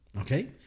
okay